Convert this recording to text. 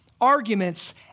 arguments